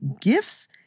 gifts